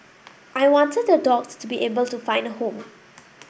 I wanted the dogs to be able to find a home